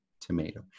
tomato